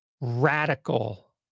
radical